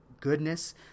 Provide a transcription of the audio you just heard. goodness